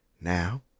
Now